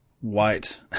white